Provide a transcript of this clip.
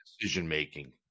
decision-making